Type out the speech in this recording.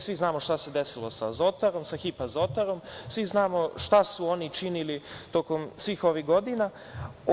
Svi znamo šta se desilo sa Azotarom, svi znamo šta su oni činili tokom svih ovih godina.